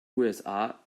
usa